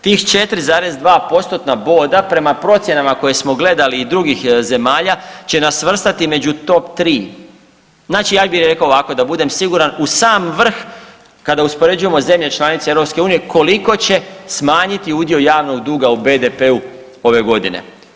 Tih 4,2 postotna boda prema procjenama koje smo gledali i drugih zemalja će nas svrstati među top 3. Znači ja bi rekao ovako da budem siguran u sam vrh kada uspoređujemo zemlje članice EU koliko će smanjiti udio javnog duga u BDP-u ove godine.